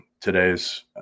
today's